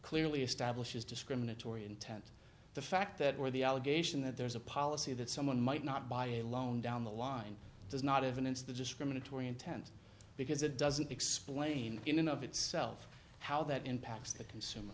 clearly establishes discriminatory intent the fact that or the allegation that there's a policy that someone might not buy a loan down the line does not evidence the discriminatory intent because it doesn't explain in and of itself how that impacts the consumer